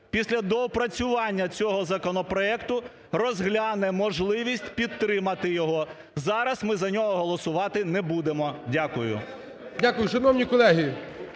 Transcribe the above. після доопрацювання цього законопроекту розгляне можливість підтримати його, зараз ми за нього голосувати не будемо. Дякую. ГОЛОВУЮЧИЙ. Дякую. Шановні колеги,